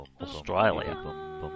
Australia